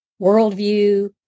worldview